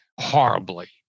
horribly